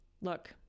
look